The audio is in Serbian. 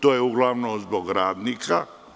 To je uglavnom zbog radnika.